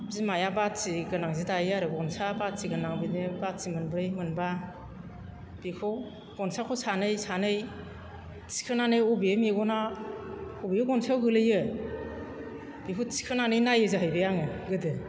बिमाया बाथि गोनां जि दायो आरो गनसा बाथिगोनां बिदिनो बाथि मोनब्रै मोनबा बेखौ गनसाखौ सानै सानै थिखोनानै अबे मेगना अबे गनसायाव गोलैयो बेखौ थिखोनानै नायो जाहैबाय आङो गोदो